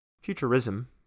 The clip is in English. futurism